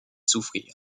souffrir